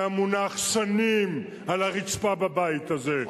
שהיה מונח שנים על הרצפה בבית הזה.